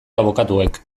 abokatuek